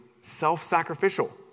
self-sacrificial